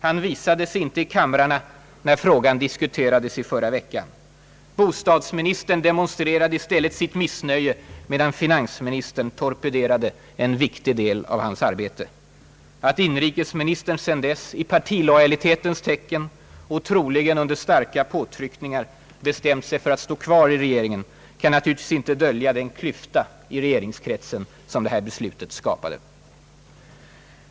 Han visade sig inte i kamrarna när frågan diskuterades för en vecka sedan. Bostadsministern demonstrerade i stället sitt missnöje medan finansministern torpederade en viktig del av hans arbete. Att inrikesministern sedan dess i partilojalitetens tecken och troligen efter starka påtryckningar bestämt sig för att stå kvar i regeringen kan naturligtvis inte dölja den klyfta i regeringskretsen som beslutet skapade.